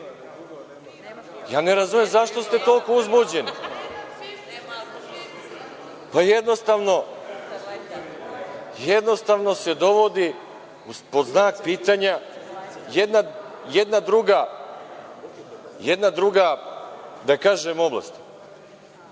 Ne razumem zašto ste toliko uzbuđeni. Jednostavno se dovodi pod znak pitanja jedna druga oblast,